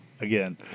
Again